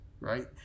right